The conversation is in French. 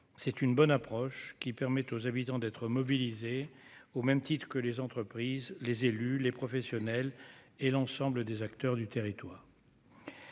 c'est une bonne approche qui permettent aux habitants d'être mobilisés au même titre que les entreprises, les élus, les professionnels et l'ensemble des acteurs du territoire